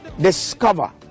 Discover